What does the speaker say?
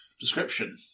Description